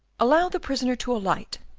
allow the prisoner to alight,